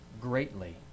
greatly